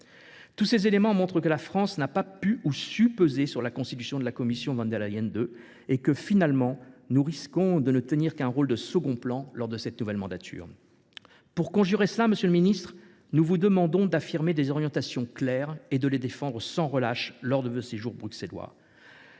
Tous ces éléments montrent que la France n’a pas pu ou su peser sur la constitution de la commission « von der Leyen II »; finalement nous risquons de n’avoir qu’un rôle de second plan au cours de cette nouvelle mandature. Pour conjurer ce danger, monsieur le ministre, nous vous demandons d’affirmer des orientations claires et de les défendre sans relâche lors de vos séjours bruxellois.